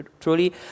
truly